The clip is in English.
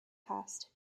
pest